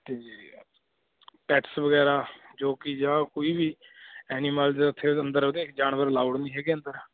ਅਤੇ ਪੇਟਸ ਵਗੈਰਾ ਜੋ ਕਿ ਜਾਂ ਕੋਈ ਵੀ ਐਨੀਮਲਜ਼ ਉੱਥੇ ਅੰਦਰ ਉਹਦੇ ਜਾਨਵਰ ਅਲਾਊਡ ਨਹੀਂ ਹੈਗੇ ਅੰਦਰ